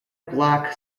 black